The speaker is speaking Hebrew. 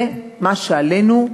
זה מה שעלינו,